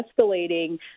escalating